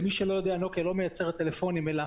למי שלא יודע, נוקיה לא מייצרת טלפונים אלא